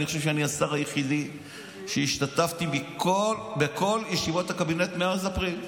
אני חושב שאני השר היחיד שהשתתף בכל ישיבות הקבינט מאז אפריל.